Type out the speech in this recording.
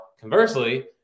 conversely